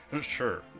Sure